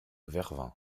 vervins